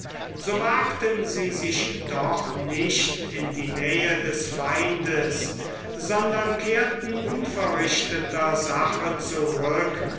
so wagten sie sich doch nicht in die nähe des feindes sondern kehrten unverrichteter sache zurück